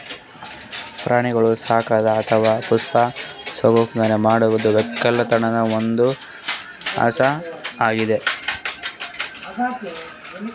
ಪ್ರಾಣಿಗೋಳ್ ಸಾಕದು ಅಥವಾ ಪಶು ಸಂಗೋಪನೆ ಮಾಡದು ವಕ್ಕಲತನ್ದು ಒಂದ್ ಅಂಶ್ ಅಗ್ಯಾದ್